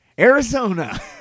Arizona